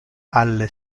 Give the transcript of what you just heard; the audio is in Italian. alle